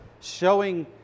showing